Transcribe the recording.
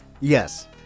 Yes